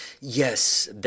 Yes